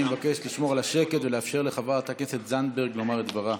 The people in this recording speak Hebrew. אני מבקש לשמור על השקט ולאפשר לחברת הכנסת זנדברג לומר את דברה.